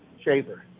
shaver